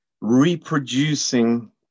Reproducing